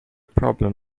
problem